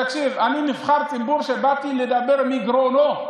תקשיב, אני נבחר ציבור ובאתי לדבר מגרונו,